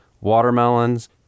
watermelons